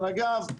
אגב,